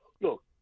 Look